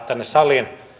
tänne saliin